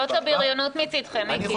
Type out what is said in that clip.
זאת הבריונות מצדכם, מיקי.